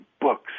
books